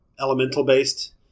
elemental-based